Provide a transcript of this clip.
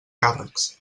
càrrecs